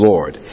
Lord